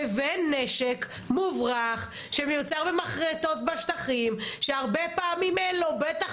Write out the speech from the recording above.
לבין נשק מוברח שמיוצר במחרטות בשטחים שהרבה פעמים אין לו בטח